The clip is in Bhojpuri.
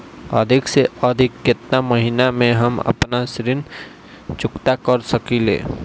अधिक से अधिक केतना महीना में हम आपन ऋण चुकता कर सकी ले?